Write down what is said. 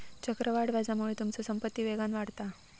चक्रवाढ व्याजामुळे तुमचो संपत्ती वेगान वाढता